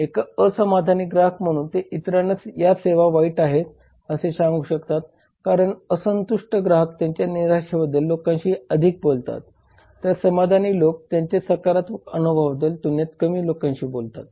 एक असमाधानी ग्राहक म्हणून ते इतरांना या सेवा वाईट आहेत असे सांगू शकतात कारण असंतुष्ट ग्राहक त्यांच्या निराशाबद्दल लोकांशी अधिक बोलतात तर समाधानी लोक त्यांच्या सकारात्मक अनुभवाबद्दल तुलनेने कमी लोकांशी बोलतात